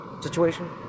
situation